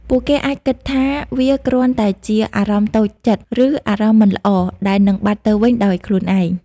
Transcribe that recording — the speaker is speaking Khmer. ពួកគេអាចគិតថាវាគ្រាន់តែជា "អារម្មណ៍តូចចិត្ត" ឬ "អារម្មណ៍មិនល្អ" ដែលនឹងបាត់ទៅវិញដោយខ្លួនឯង។